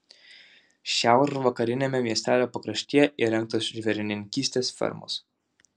šiaurvakariniame miestelio pakraštyje įrengtos žvėrininkystės fermos